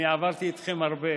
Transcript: אני עברתי איתכם הרבה.